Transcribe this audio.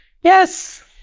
Yes